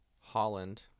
holland